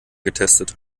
getestet